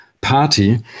Party